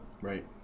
right